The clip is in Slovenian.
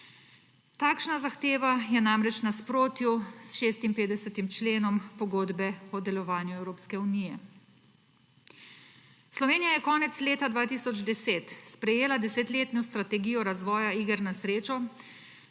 Takšna zahteva je namreč v nasprotju s 56. členom Pogodbe o delovanju Evropske unije. Slovenija je konec leta 2010 sprejela desetletno strategijo razvoja iger na srečo,